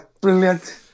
brilliant